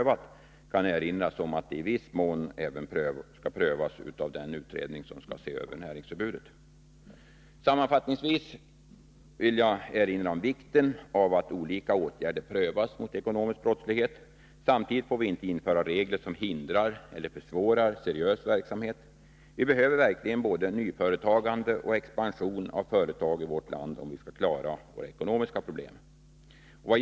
Jag kan erinra om att den viss mån skall prövas även av den utredning som skall se över näringsförbudet. Sammanfattningsvis vill jag erinra om vikten av att olika åtgärder prövas mot ekonomisk brottslighet. Samtidigt får vi inte införa regler som hindrar eller försvårar seriös verksamhet. Vi behöver verkligen både nyföretagande och expansion av företag, om vårt land skall klara sina ekonomiska problem.